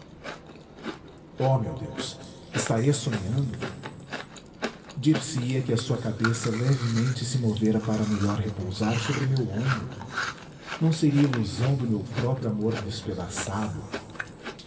ó meu deus estaria sonhando dir-se-ia que a sua cabeça levemente se movera para melhor repousar sobre meu ombro não seria ilusão do meu próprio amor despedaçado